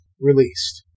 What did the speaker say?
released